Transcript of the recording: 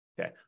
Okay